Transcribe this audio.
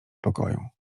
pokoju